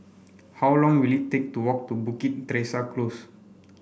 how long will it take to walk to Bukit Teresa Close